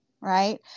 right